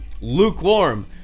lukewarm